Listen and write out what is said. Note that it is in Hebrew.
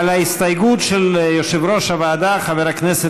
על ההסתייגות של יושב-ראש הוועדה חבר הכנסת